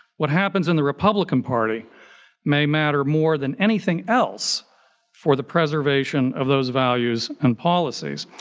what happens in the republican party may matter more than anything else for the preservation of those values and policies.